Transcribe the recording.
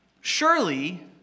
Surely